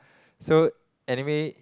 so anyway